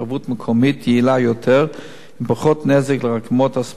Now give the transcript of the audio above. מקומית יעילה יותר עם פחות נזק לרקמות הסמוכות,